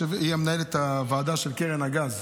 היא מנהלת הוועדה של קרן הגז,